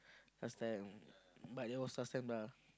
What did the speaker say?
last time but that was last time lah